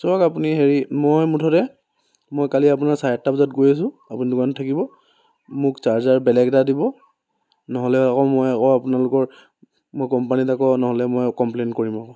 চাওক আপুনি হেৰি মই মুঠতে মই কালি আপোনাৰ চাৰে আঠটা বজাত গৈ আছো আপুনি দোকানত থাকিব মোক চাৰ্জাৰ বেলেগ এটা দিব নহ'লে আকৌ মই আকৌ আপোনালোকৰ মই কম্পানীত আকৌ নহ'লে মই কমপ্লে'ন কৰিম আকৌ